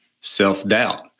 self-doubt